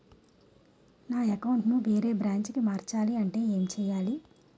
నా అకౌంట్ ను వేరే బ్రాంచ్ కి మార్చాలి అంటే ఎం చేయాలి?